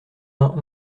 vingt